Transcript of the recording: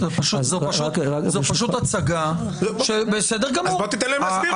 זו פשוט הצגה --- אז בוא תיתן להם להסביר.